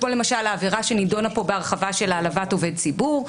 כמו למשל העבירה שנידונה פה בהרחבה של העלבת עובד ציבור,